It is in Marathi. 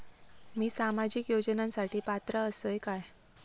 मी सामाजिक योजनांसाठी पात्र असय काय?